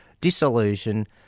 disillusion